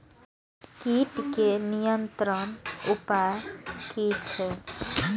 कीटके नियंत्रण उपाय कि छै?